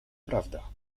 prawda